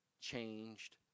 changed